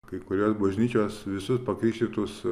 kai kurios bažnyčios visus pakrikštytus